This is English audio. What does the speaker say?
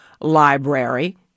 Library